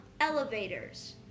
elevators